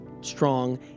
strong